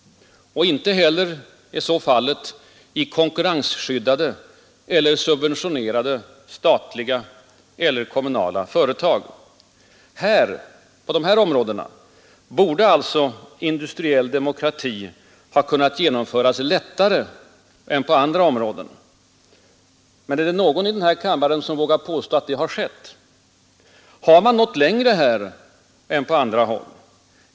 Inte heller i konkurrensskyddade eller subventionerade statliga eller kommunala företag. På dessa områden borde alltså industriell demokrati ha kunnat genomföras lättare än på andra områden. Men är det någon i denna kammare som vågar påstå att detta har skett? Har man nått längre här än på andra håll?